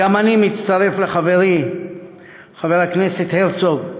וגם אני מצטרף לחברי חבר הכנסת הרצוג,